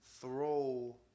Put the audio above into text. throw